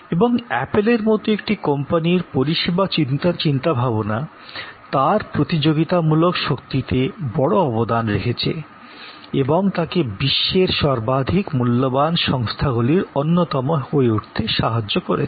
এবং অ্যাপলের মতো একটি কোম্পানির পরিষেবা চিন্তাভাবনা তার প্রতিযোগিতামূলক শক্তিতে বড় অবদান রেখেছে এবং তাকে বিশ্বের সর্বাধিক মূল্যবান সংস্থাগুলির অন্যতম হয়ে উঠতে সাহায্য করেছে